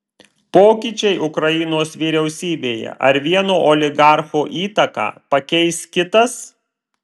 pokyčiai ukrainos vyriausybėje ar vieno oligarcho įtaką pakeis kitas